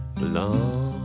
belong